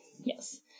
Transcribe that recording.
Yes